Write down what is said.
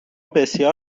بسیار